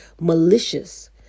malicious